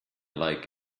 like